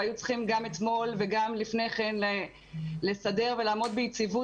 והיו צריכים גם אתמול וגם לפני כן לסדר ולעמוד ביציבות